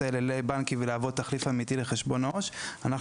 האלה לבנקים ולהוות תחליף אמיתי לחשבון העובר ושב,